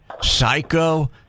Psycho